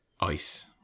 Ice